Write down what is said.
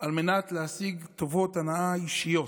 על מנת להשיג טובות הנאה אישיות.